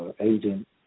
agent